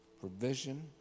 provision